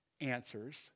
answers